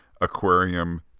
aquarium